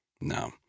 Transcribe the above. No